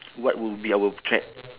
what would be our threat